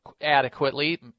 adequately